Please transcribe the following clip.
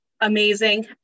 amazing